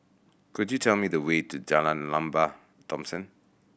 could you tell me the way to Jalan Lembah Thomson